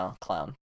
Clown